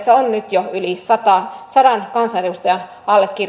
jo yli sadan kansanedustajan allekirjoitus ja